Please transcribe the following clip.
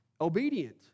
Obedient